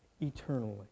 eternally